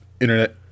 internet